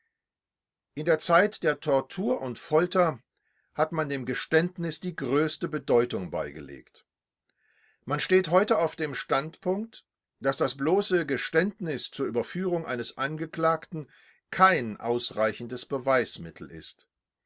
in der zeit der tortur und folter hat man dem geständnis die größte bedeutung beigelegt man steht heute auf dem standpunkt daß das bloße geständnis zur überführung eines angeklagten kein ausreichendes beweismittel ist